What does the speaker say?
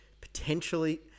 potentially